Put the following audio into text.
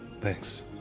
Thanks